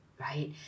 right